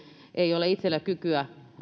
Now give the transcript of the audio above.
ei ole itsellä kykyä